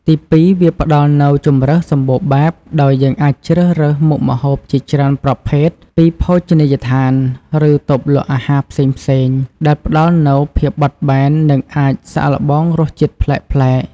ទីពីរ វាផ្តល់នូវ ជម្រើសសម្បូរបែប ដោយយើងអាចជ្រើសរើសមុខម្ហូបជាច្រើនប្រភេទពីភោជនីយដ្ឋាន ឬតូបលក់អាហារផ្សេងៗ ដែលផ្តល់នូវភាពបត់បែន និងអាចសាកល្បងរសជាតិប្លែកៗ។